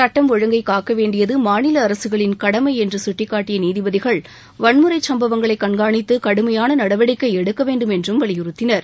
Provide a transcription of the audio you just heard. சட்டம் ஒழுங்கை காக்க வேண்டியது மாநில அரசுகளின் கடமை என்று சுட்டிக்காட்டிய நீதிபதிகள் வன்முறைச் சம்பவங்களை கண்காணித்து கடுமையான நடவடிக்கை எடுக்க வேண்டும் என்றும் வலியுறுத்தினர்